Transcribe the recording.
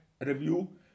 review